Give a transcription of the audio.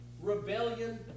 rebellion